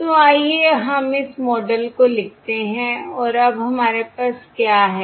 तो आइए हम इस मॉडल को लिखते हैं और अब हमारे पास क्या है